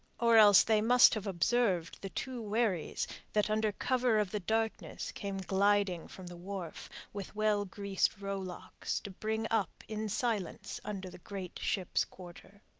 or else they must have observed the two wherries that under cover of the darkness came gliding from the wharf, with well-greased rowlocks, to bring up in silence under the great ship's quarter.